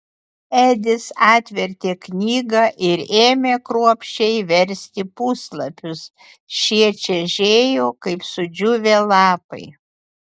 edis atvertė knygą ir ėmė kruopščiai versti puslapius šie čežėjo kaip sudžiūvę lapai